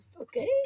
okay